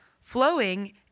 flowing